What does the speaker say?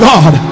God